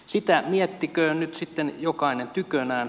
sitä miettiköön nyt sitten jokainen tykönään